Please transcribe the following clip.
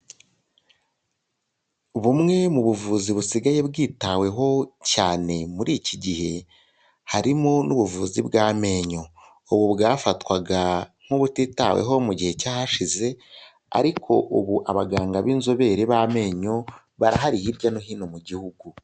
Bumwe mu buvuzi busigaye bwitaweho cyane muri iki gihe harimo n'ubuvuzi bw'amenyo, ubu bwafatwaga nk'ubutitaweho mu gihe cyashize ariko ubu abaganga b'inzobere b'amenyo barahari hirya no hino mu gihugu.